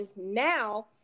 now